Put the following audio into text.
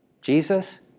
Jesus